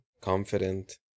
confident